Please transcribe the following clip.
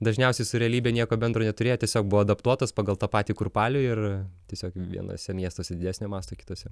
dažniausiai su realybe nieko bendro neturėjo tiesiog buvo adaptuotos pagal tą patį kurpalių ir tiesiog vienuose miestuose didesnio masto kitose